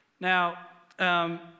now